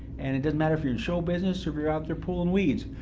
and it doesn't matter if you're in show business or if you're out there pulling weeds.